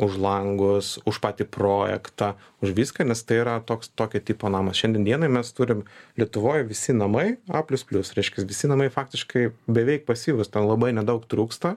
už langus už patį projektą už viską nes tai yra toks tokio tipo namas šiandien dienai mes turim lietuvoj visi namai a plius plius reiškias visi namai faktiškai beveik pasyvūs ten labai nedaug trūksta